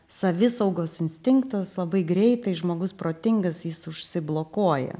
savisaugos instinktas labai greitai žmogus protingas jis užsiblokuoja